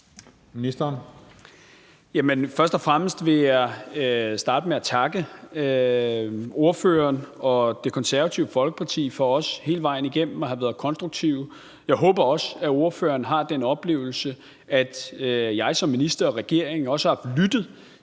først og fremmest vil jeg starte med at takke ordføreren og Det Konservative Folkeparti for også hele vejen igennem at have været konstruktive. Jeg håber også, at ordføreren har den oplevelse, at jeg som minister og også regeringen har lyttet